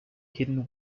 hidden